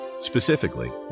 Specifically